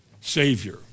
Savior